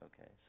okay